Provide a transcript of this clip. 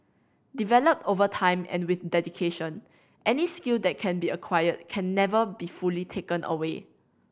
developed over time and with dedication any skill that can be acquired can never be fully taken away